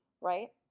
right